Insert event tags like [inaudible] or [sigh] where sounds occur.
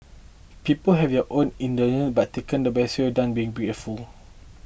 people have their own [unintelligible] by taken their best [unintelligible] done been [unintelligible]